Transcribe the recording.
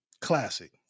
classic